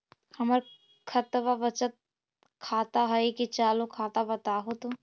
हमर खतबा बचत खाता हइ कि चालु खाता, बताहु तो?